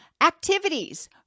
Activities